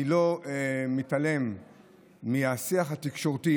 אני לא מתעלם מהשיח התקשורתי.